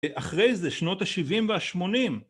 אחרי זה, שנות השבעים והשמונים.